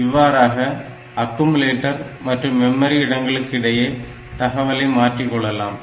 இவ்வாறாக அக்குமுலேட்டர் மற்றும் மெமரி இடங்களுக்கு இடையே தகவலை மாற்றிக்கொள்ளலாம்